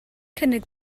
cynnig